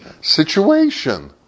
situation